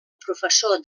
professor